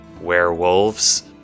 werewolves